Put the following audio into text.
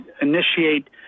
initiate